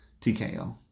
TKO